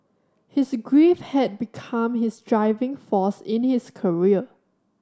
his grief had become his driving force in his career